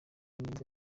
nibwo